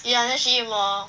ya then she eat more